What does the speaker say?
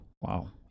Wow